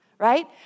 Right